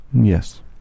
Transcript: Yes